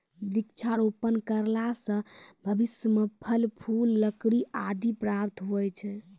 वृक्षारोपण करला से भविष्य मे फल, फूल, लकड़ी आदि प्राप्त हुवै छै